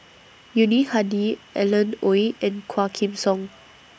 Yuni Hadi Alan Oei and Quah Kim Song